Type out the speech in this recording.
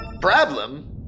Problem